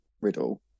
Riddle